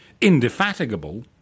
Indefatigable